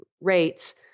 rates